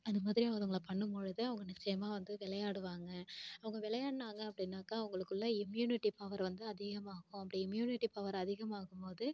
அதுமாதிரி அவங்கள பண்ணும்பொழுது அவங்க நிச்சயமா வந்து விளையாடுவாங்க அவங்க விளையாடுனாங்கள் அப்படின்னாக்கா அவங்களுக்குள்ள இம்யூனிட்டி பவர் வந்து அதிகமாகும் அப்படி இம்யூனிட்டி பவர் அதிகமாகும்போது